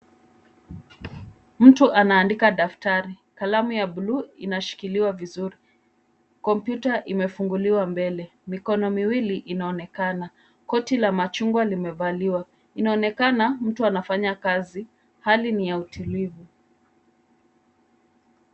Mtu anaandika daftari. Kalamu ya bluu inashikiliwa vizuri. Kompyuta imefunguliwa mbele. Mikono miwili inaonekana. Koti la machungwa limevaliwa. Inaonekana mtu anafanya kazi. Hali ni ya utulivu.